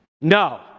No